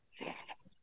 yes